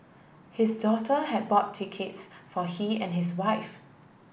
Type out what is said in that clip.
his daughter had bought tickets for he and his wife